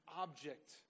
object